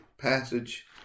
passage